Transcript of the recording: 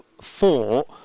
four